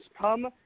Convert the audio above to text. come